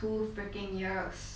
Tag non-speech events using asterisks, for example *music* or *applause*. mm *noise* true